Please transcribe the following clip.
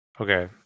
Okay